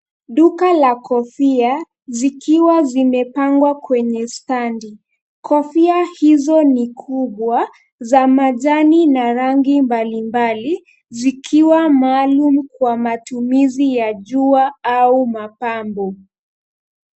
Duka la kofia, zikiwa zimepangwa kwenye standi, kofia hizo ni kubwa, za majani, na rangi mbalimbali, zikiwa maalum kwa matumizi ya jua au mapambo.